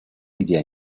где